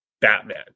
Batman